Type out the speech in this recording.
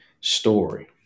story